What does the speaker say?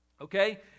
Okay